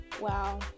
wow